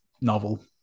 novel